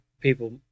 people